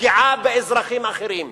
פגיעה באזרחים אחרים.